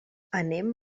anem